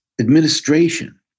administration